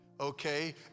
Okay